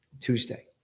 Tuesday